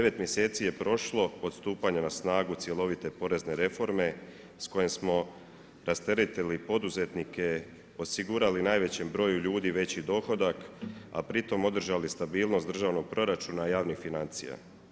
9 mjeseci je prošlo, od stupanja na snagu cjelovite porezne reforme, s kojim smo rasteretili poduzetnike, osigurali najvećem broju ljudi veći dohodak, a pri tom održali stabilnost državnog proračuna i javnih financija.